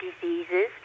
diseases